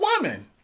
woman